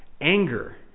anger